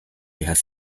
has